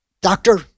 Doctor